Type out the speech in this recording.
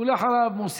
ואחריו,